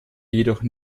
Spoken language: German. jedoch